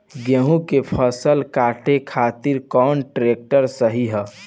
गेहूँ के फसल काटे खातिर कौन ट्रैक्टर सही ह?